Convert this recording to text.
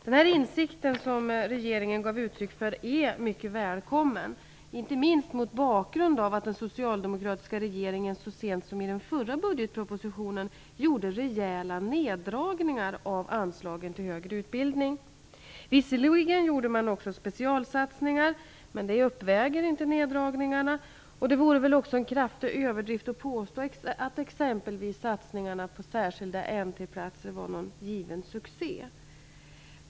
Det är en mycket välkommen insikt som regeringen ger uttryck för, inte minst mot bakgrund av att den socialdemokratiska regeringen så sent som i den förra budgetpropositionen gjorde rejäla neddragningar av anslagen till högre utbildning. Visserligen gjorde man också specialsatsningar, men det uppväger inte neddragningarna, och det vore väl också en kraftig överdrift att påstå att exempelvis satsningarna på särskilda NT-platser varit någon given succé.